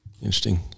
Interesting